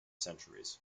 centuries